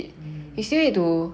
mm